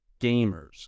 gamers